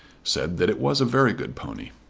said that it was a very good pony.